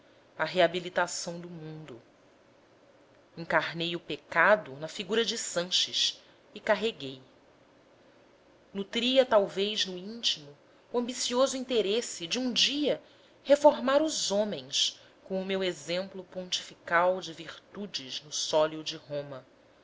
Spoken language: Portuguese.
a reabilitação do mundo encarnei o pecado na figura de sanches e carreguei nutria talvez no intimo o ambicioso interesse de um dia reformar os homens com o meu exemplo pontifical de virtudes no sólio de roma